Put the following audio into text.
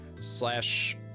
slash